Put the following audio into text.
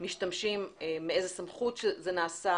שמשתמשים ומאיזו סמכות זה נעשה,